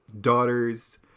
daughters